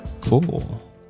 Cool